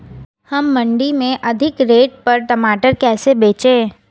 हम मंडी में अधिक रेट पर टमाटर कैसे बेचें?